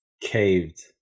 caved